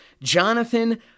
Jonathan